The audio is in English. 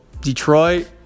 Detroit